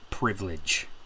privilege